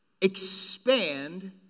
expand